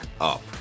up